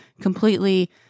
completely